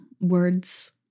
words